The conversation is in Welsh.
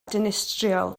dinistriol